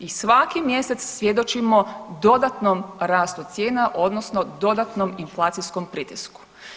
I svaki mjesec svjedočimo dodatnom rastu cijena, odnosno dodatnom inflacijskom pritisku.